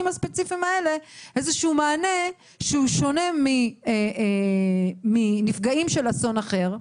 הספציפיים האלה מענה שהוא שונה מנפגעים של אסון אחר?